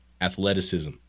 athleticism